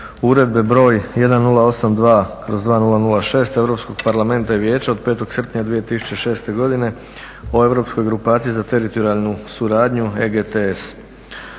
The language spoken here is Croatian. Uredbe broj 1082/2006 Europskog Parlamenta i Vijeća od 5. srpnja 2006. godine o Europskoj grupaciji za teritorijalnu suradnju EGTS.